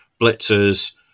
blitzers